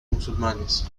musulmanes